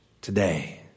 today